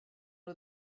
nhw